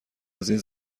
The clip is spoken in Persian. ازاین